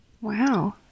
Wow